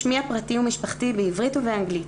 שמי הפרטי ומשפחתי בעברית ובאנגלית,